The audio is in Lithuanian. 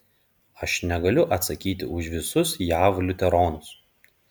aš negaliu atsakyti už visus jav liuteronus